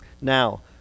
Now